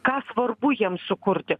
ką svarbu jiem sukurti